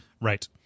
Right